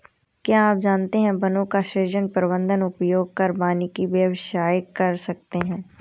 क्या आप जानते है वनों का सृजन, प्रबन्धन, उपयोग कर वानिकी व्यवसाय कर सकते है?